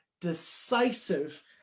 decisive